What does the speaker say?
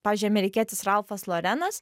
pavyzdžiui amerikietis ralfas lorenas